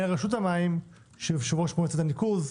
רשות המים שהוא יושב-ראש מועצת הניקוז,